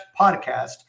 podcast